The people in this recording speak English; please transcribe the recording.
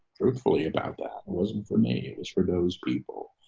truthfully about that wasn't for me. it was for those people.